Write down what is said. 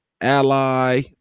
Ally